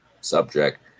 subject